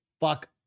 fuck